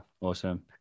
awesome